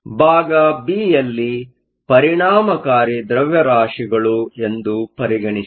ಭಾಗ bಬಿ ಯಲ್ಲಿ ಪರಿಣಾಮಕಾರಿ ದ್ರವ್ಯರಾಶಿಗಳು ಎಂದು ಪರಿಗಣಿಸಿರಿ